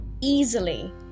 easily